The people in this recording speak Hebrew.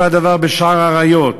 אותו הדבר בשער האריות,